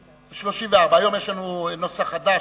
34. היום יש לנו נוסח חדש,